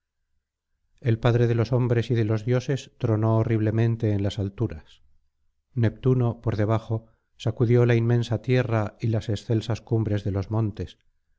el padre de los hombres y de los dioses tronó horriblemente en las alturas neptuno por debajo sacudió la inmensa tierra y las excelsas cumbres de los montes